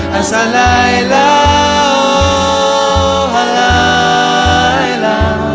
i